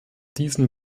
diesen